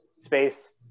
space